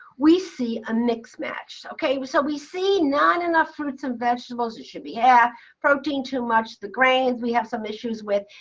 we see a mix match. ok, so we see not enough fruits and vegetables that should be half protein too much, the grains we have some issues with,